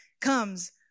comes